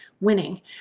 winning